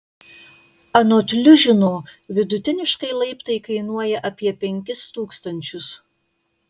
anot liužino vidutiniškai laiptai kainuoja apie penkis tūkstančius